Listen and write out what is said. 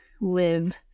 live